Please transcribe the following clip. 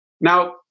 Now